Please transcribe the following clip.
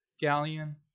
galleon